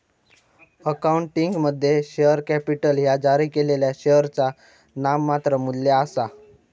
अकाउंटिंगमध्ये, share capital ह्या जारी केलेल्या शेअरचा नाममात्र मू्ल्य आसा